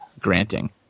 granting